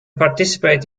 participate